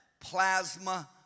Plasma